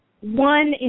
One